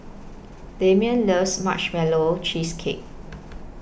Damien loves Marshmallow Cheesecake